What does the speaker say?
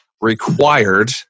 required